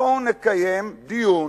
בואו נקיים דיון,